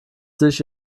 sich